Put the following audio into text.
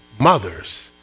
mothers